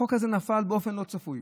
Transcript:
החוק הזה נפל באופן לא צפוי.